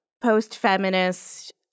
post-feminist